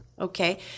Okay